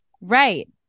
Right